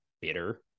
bitter